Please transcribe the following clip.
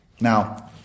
Now